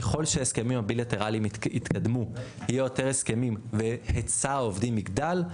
ככל שההסכמים הבילטרליים יתקדמו יהיו יותר הסכמים והיצע העובדים יגדל,